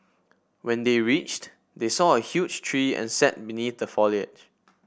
when they reached they saw a huge tree and sat beneath the foliage